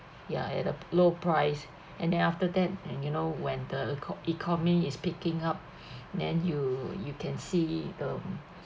ya at a low price and then after that and you know when the eco~ economy is picking up then you you can see the